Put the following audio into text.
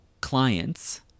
clients